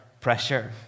pressure